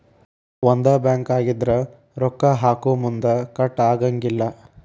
ಒಂದ ಬ್ಯಾಂಕ್ ಆಗಿದ್ರ ರೊಕ್ಕಾ ಹಾಕೊಮುನ್ದಾ ಕಟ್ ಆಗಂಗಿಲ್ಲಾ